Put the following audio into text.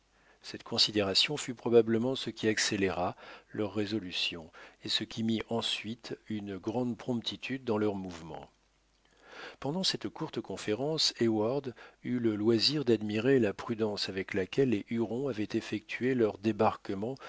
cette considération fut probablement ce qui accéléra leur résolution et ce qui mit ensuite une grande promptitude dans leurs mouvements pendant cette courte conférence heyward eut le loisir d'admirer la prudence avec laquelle les hurons avaient effectué leur débarquement